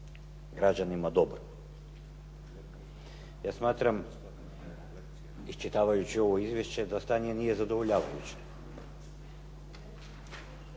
građanima dobro. Ja smatram iščitavajući ovo izvješće da stanje nije zadovoljavajuće,